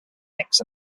picnics